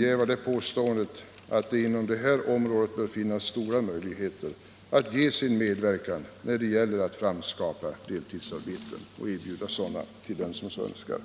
jävar inte påståendet att det inom detta område bör finnas stora möjligheter för dessa instanser att ge sin medverkan när det gäller att skapa och erbjuda dem som så önskar deltidsarbete.